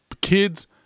kids